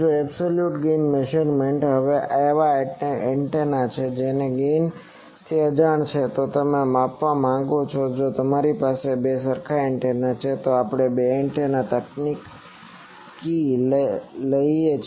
હવે absolute gain measurement હવે એવા એન્ટેના છે કે જેની ગેઇન અજાણ છે તે તમે માપવા માંગો છો જો તમારી પાસે બે સરખા એન્ટેના છે તો આપણે બે એન્ટેના તકનીકી લઈએ છીએ